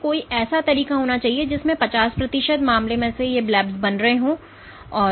तो कोई ऐसा तरीका होना चाहिए जिसमें 50 प्रतिशत मामले में ये ब्लब्स बन रहे हों और ब्लब्स